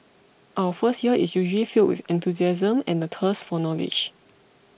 our first year is usually filled with enthusiasm and the thirst for knowledge